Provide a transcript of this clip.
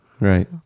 Right